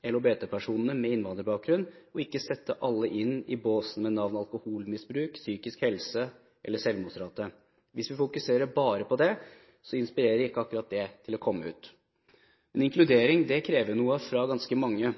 med innvandrerbakgrunn og ikke sette alle i en bås med navn som «alkoholmisbruk», «psykisk helse» eller «selvmordsrate». Hvis vi fokuserer bare på det, inspirerer ikke akkurat det til å komme ut. Inkludering krever noe fra ganske mange.